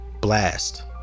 Blast